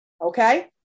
okay